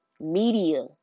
media